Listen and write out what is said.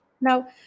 Now